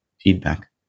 feedback